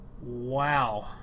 wow